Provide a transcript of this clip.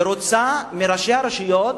ורוצה שראשי הרשויות